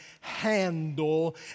handle